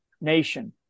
nation